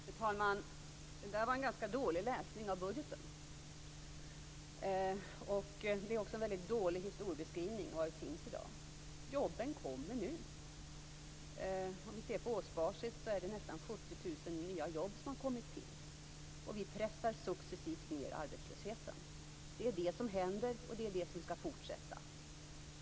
Fru talman! Det där var en ganska dålig genomläsning av budgeten. Det är också en väldigt dålig beskrivning av det som finns i dag. Jobben kommer nu. På årsbasis har nästan 70 000 nya jobb kommit till, och vi pressar successivt ned arbetslösheten. Det är det som händer och det som skall fortsätta.